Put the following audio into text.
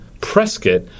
Prescott